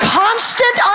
constant